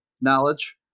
knowledge